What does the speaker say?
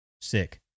sick